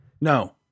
no